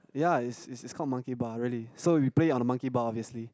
ya is is called monkey bar really so we play on the monkey bar obviously